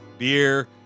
beer